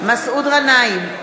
מסעוד גנאים,